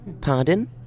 Pardon